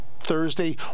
thursday